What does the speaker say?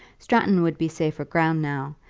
stratton would be safer ground now,